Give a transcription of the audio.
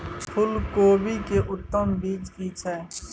फूलकोबी के उत्तम बीज की छै?